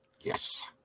Yes